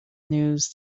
news